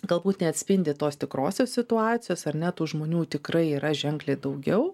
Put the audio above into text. galbūt neatspindi tos tikrosios situacijos ar ne tų žmonių tikrai yra ženkliai daugiau